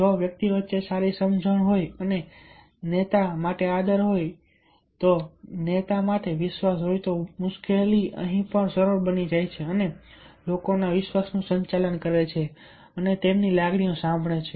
જો વ્યક્તિઓ વચ્ચે સારી સમજણ હોય અને નેતા માટે આદર હોય નેતા માટે વિશ્વાસ હોય તો વસ્તુઓ મુશ્કેલ નહીં પણ સરળ બની જાય છે અને લોકોના વિશ્વાસનું સંચાલન કરે છે અને તેમની લાગણીઓને સંભાળે છે